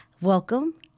Welcome